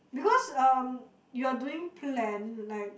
because um you are doing plan like